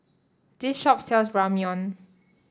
this shop sells Ramyeon